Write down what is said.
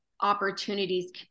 opportunities